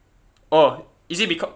oh is it becau~